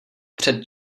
před